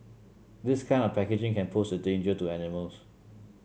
this kind of packaging can pose a danger to animals